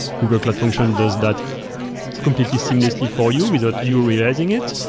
google cloud function does that completely seamlessly for you without you realizing it.